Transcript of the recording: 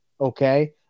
okay